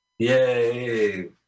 Yay